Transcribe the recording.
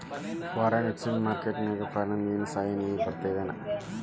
Foreign exchange market ನ್ಯಾಗ ಫಾರಿನಿಂದ ಏನರ ಸಹಾಯ ನಿಧಿ ಬರ್ತದೇನು?